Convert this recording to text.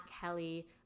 Kelly